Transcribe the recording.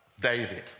David